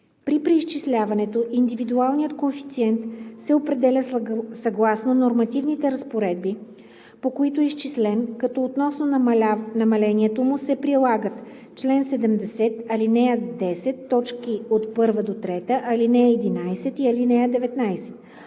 При преизчисляването индивидуалният коефициент се определя съгласно нормативните разпоредби, по които е изчислен, като относно намалението му се прилагат чл. 70, ал. 10, т. 1-3, ал. 11 и ал. 19,